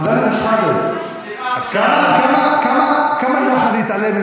חבר הכנסת אבו שחאדה, חבר הכנסת אבו